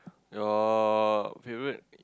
your favourite